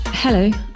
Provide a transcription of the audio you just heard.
Hello